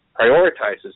prioritizes